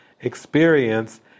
experience